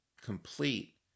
complete